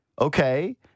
Okay